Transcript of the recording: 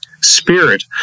spirit